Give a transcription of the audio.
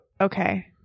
okay